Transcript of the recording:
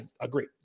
agree